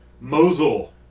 Mosul